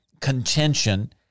Contention